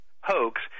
hoax